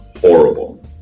horrible